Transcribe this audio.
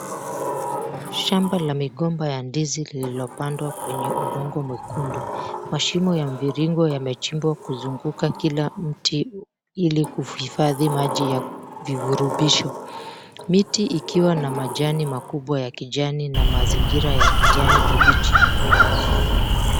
Shamba la migomba ya ndizi lililopandwa kwenye udongo mwekundu. mashimo ya mviringo yamechimbwa kuzunguka Kila mti ili kuhifandi maji ya vivurubisho. Miti ikiwa na majani makubwa ya kijani na mazingira ya kijani kibichi nyuma yake.